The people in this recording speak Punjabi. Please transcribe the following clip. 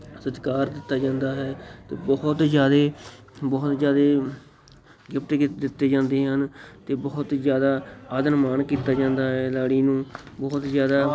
ਸਤਿਕਾਰ ਦਿੱਤਾ ਜਾਂਦਾ ਹੈ ਬਹੁਤ ਜ਼ਿਆਦੇ ਬਹੁਤ ਜ਼ਿਆਦੇ ਗਿਫਟ ਕੀ ਦਿੱਤੇ ਜਾਂਦੇ ਹਨ ਅਤੇ ਬਹੁਤ ਹੀ ਜ਼ਿਆਦਾ ਆਦਰ ਮਾਣ ਕੀਤਾ ਜਾਂਦਾ ਹੈ ਲਾੜੀ ਨੂੰ ਬਹੁਤ ਜ਼ਿਆਦਾ